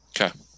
okay